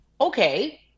Okay